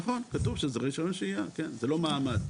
נכון, כתוב שזה רישיון שהייה, זה לא מעמד.